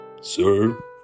Sir